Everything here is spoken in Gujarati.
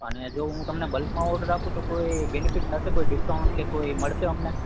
અને જો હું તમને બલ્કમાં ઓર્ડર આપું તો કોઈ બેનિફિટ થશે કોઈ ડિસ્કાઉન્ટ કે કોઈ મળશે અમને